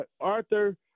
Arthur